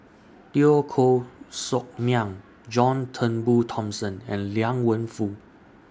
Teo Koh Sock Miang John Turnbull Thomson and Liang Wenfu